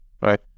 right